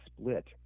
split